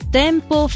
tempo